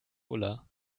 ulla